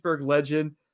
legend